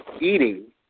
eating